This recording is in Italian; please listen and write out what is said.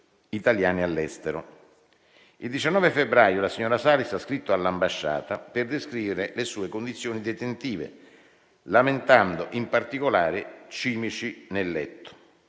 italiani all'estero. Il 19 febbraio la signora Salis ha scritto all'ambasciata per descrivere le sue condizioni detentive, lamentando in particolare cimici nel letto.